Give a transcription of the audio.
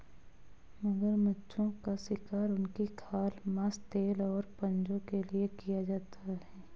मगरमच्छों का शिकार उनकी खाल, मांस, तेल और पंजों के लिए किया जाता है